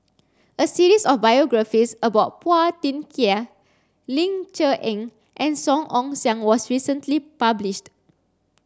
a series of biographies about Phua Thin Kiay Ling Cher Eng and Song Ong Siang was recently published